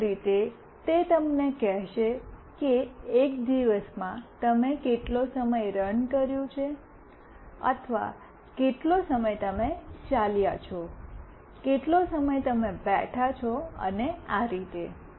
મૂળભૂત રીતે તે તમને કહેશે કે એક દિવસમાં તમે કેટલો સમય રન કર્યું છે અથવા કેટલો સમય તમે ચાલ્યા છો કેટલો સમય તમે બેઠો છો અને આ રીતે